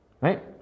Right